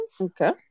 Okay